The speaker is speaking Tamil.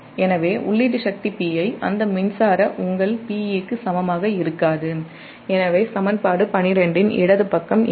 எனவே உள்ளீட்டு சக்தி Pi Pe க்கு சமமாக இருக்காது எனவே சமன்பாடு 12 இன் இடது பக்கம் இல்லை